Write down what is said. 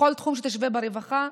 בכל תחום שתשווה ברווחה,